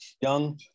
young